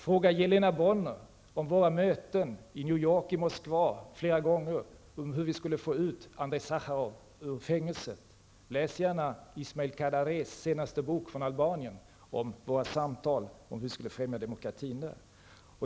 Fråga Jelena Bonner om våra möten i New York och i Moskva flera gånger om hur vi skulle få ut Andrej Sacharov ur fängelset. Läs gärna Isma l Kadarés senaste bok från Albanien om våra samtal om hur vi skulle främja demokratin där.